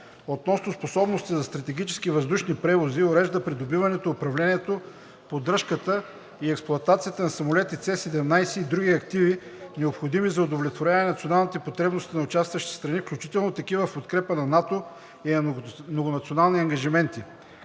относно способности за стратегически въздушни превози урежда придобиването, управлението, поддръжката и експлоатацията на самолети С-17 и други активи, необходими за удовлетворяване на националните потребности на участващите страни, включително такива в подкрепа на НАТО и на многонационални ангажименти.